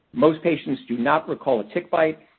most patients do not recall a tick bite,